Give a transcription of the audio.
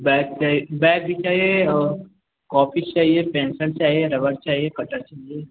bag चाही bag भी चाहिए और कॉपी चाहिए पेन्सल चाहिए रबड़ चाहिए कटर चाहिए